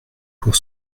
pour